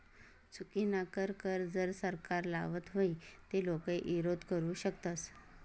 चुकीनाकर कर जर सरकार लावत व्हई ते लोके ईरोध करु शकतस